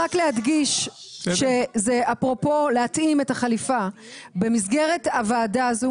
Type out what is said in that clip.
להדגיש שאפרופו להתאים את החליפה במסגרת הוועדה הזו